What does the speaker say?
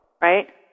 right